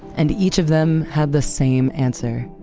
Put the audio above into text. and each of them had the same answer.